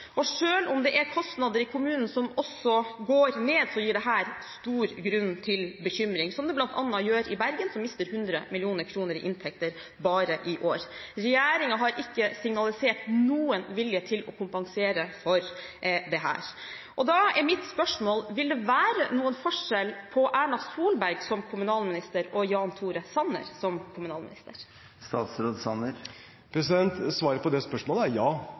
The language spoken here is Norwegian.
om det i kommunene også er kostnader som går ned, gir dette stor grunn til bekymring, som det bl.a. gjør i Bergen, som mister 100 mill. kr i inntekter bare i år. Regjeringen har ikke signalisert noen vilje til å kompensere for dette. Mitt spørsmål er: Vil det være noen forskjell på Erna Solberg som kommunalminister og Jan Tore Sanner som kommunalminister? Svaret på det spørsmålet er ja